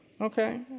Okay